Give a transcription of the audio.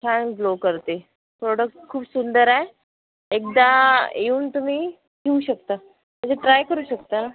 छान ग्लो करते प्रोडक्ट खूप सुंदर आहे एकदा येऊन तुम्ही घेऊ शकता ट्राय करू शकता